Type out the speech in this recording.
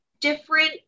different